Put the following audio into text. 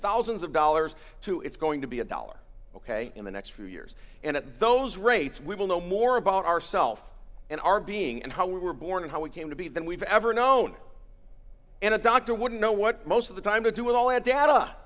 thousands of dollars to it's going to be a dollar ok in the next few years and at those rates we will know more about our self and our being and how we were born and how we came to be than we've ever known and a doctor wouldn't know what most of the time to do with all that data